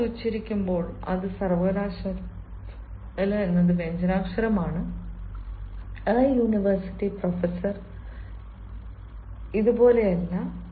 നമ്മൾ അത് ഉച്ചരിക്കുമ്പോൾ അത് സർവ്വകലാശാലയുടെ വ്യഞ്ജനാക്ഷരമാണ് a university professor a university professor ഇതുപോലെയല്ല